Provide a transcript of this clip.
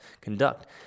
conduct